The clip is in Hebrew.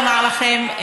לכם,